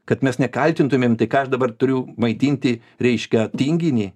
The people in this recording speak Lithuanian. kad mes nekaltintumėm tai ką aš dabar turiu maitinti reiškia tinginį